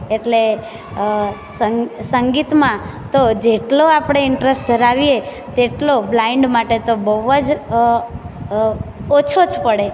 એટલે સંગીતમાં તો જેટલો આપણે ઇન્ટરેસ્ટ ધરાવીએ તેટલો બ્લાઇન્ડ માટે તો બહુ જ ઓછો જ પડે